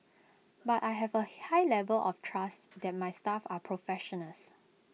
but I have A high level of trust that my staff are professionals